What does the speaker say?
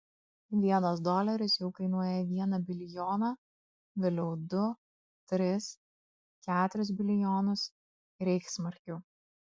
vienas doleris jau kainuoja vieną bilijoną vėliau du tris keturis bilijonus reichsmarkių